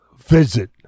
visit